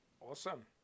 awesome